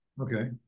Okay